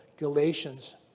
Galatians